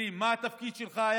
מה היה התפקיד שלך?